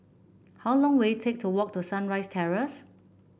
how long will it take to walk to Sunrise Terrace